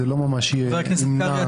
זה לא ממש ימנע --- חבר הכנסת קרעי,